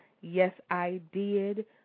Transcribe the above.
yes-I-did